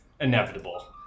inevitable